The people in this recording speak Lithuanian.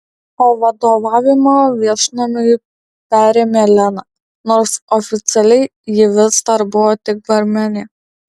o vadovavimą viešnamiui perėmė lena nors oficialiai ji vis dar buvo tik barmenė